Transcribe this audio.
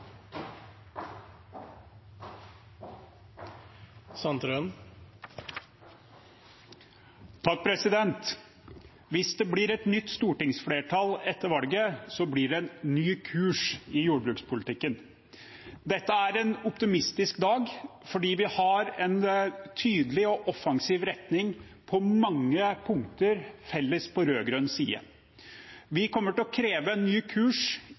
er omme. Hvis det blir et nytt stortingsflertall etter valget, blir det en ny kurs i jordbrukspolitikken. Dette er en optimistisk dag, for vi har en tydelig og offensiv retning på mange punkter felles på rød-grønn side. Vi kommer til å kreve en ny kurs